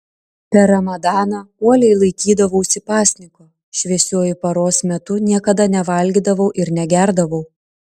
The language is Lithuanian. per ramadaną uoliai laikydavausi pasninko šviesiuoju paros metu niekada nevalgydavau ir negerdavau